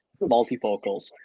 Multifocals